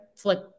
flip